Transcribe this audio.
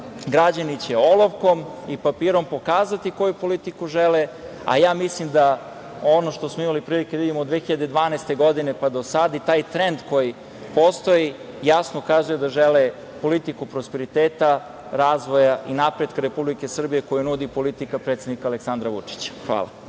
građani će olovkom i papirom pokazati koju politiku žele, a ja mislim a ono što smo imali prilike da vidimo 2012. godine pa do sada, i taj trend koji postoji jasno kazuje da žele politiku prosperiteta, razvoja i napretka Republike Srbije, koju nudi politika predsednika Aleksandra Vučića. Hvala.